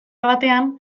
batean